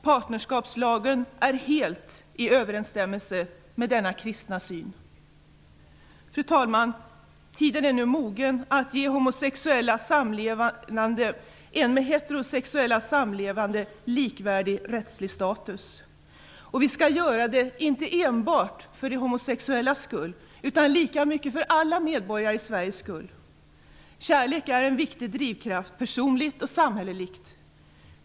Partnerskapslagen är helt i överensstämmelse med denna kristna syn. Fru talman! Tiden är nu mogen att ge homosexuella samlevande en med heterosexuella samlevande likvärdig rättslig status. Vi skall inte inte enbart göra det för de homosexuellas skull utan lika mycket för alla svenska medborgares skull. Kärlek är en viktig drivkraft, personligt och samhälleligt.